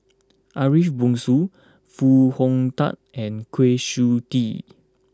Ariff Bongso Foo Hong Tatt and Kwa Siew Tee